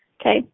okay